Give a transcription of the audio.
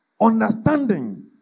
understanding